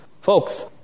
Folks